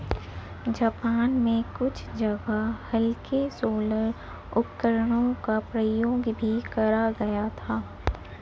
Japan में कुछ जगह हल्के सोलर उपकरणों का प्रयोग भी करा गया था